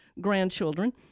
grandchildren